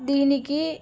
దీనికి